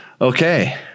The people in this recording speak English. okay